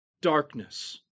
darkness